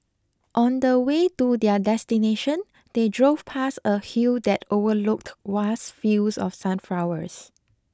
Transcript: on the way to their destination they drove past a hill that overlooked vast fields of sunflowers